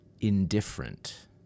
indifferent